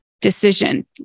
decision